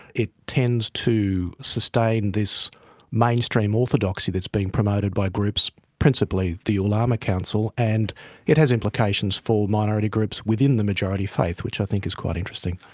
it tends to sustain this mainstream orthodoxy that is being promoted by groups, principally the ulama council and it has implications for minority groups within the majority faith, which i think is quite interesting.